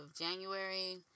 January